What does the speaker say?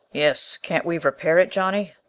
yes. can't we repair it, johnny?